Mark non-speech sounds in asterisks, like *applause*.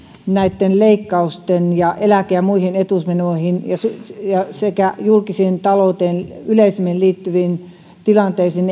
näitten leikkausten vaikutuksia eläke ja muihin etuusmenoihin sekä julkiseen talouteen yleisemmin liittyviin tilanteisiin *unintelligible*